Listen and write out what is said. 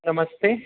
नमस्ते